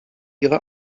ihre